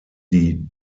die